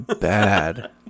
bad